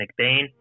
McBain